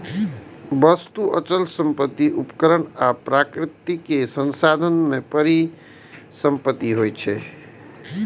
वस्तु, अचल संपत्ति, उपकरण आ प्राकृतिक संसाधन परिसंपत्ति होइ छै